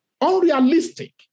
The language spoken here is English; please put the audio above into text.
unrealistic